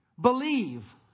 believe